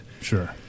Sure